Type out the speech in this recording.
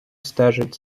стежить